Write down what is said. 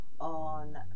on